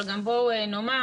אבל גם בואו נאמר,